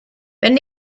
wenn